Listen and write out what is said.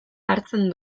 hartzen